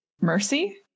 mercy